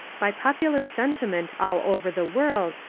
by popular sentiment all over the world,